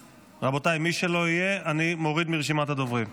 רבותיי, את מי שלא יהיה אני מוריד מרשימת הדוברים.